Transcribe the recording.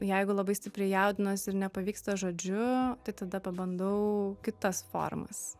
jeigu labai stipriai jaudinuosi ir nepavyksta žodžiu tai tada pabandau kitas formas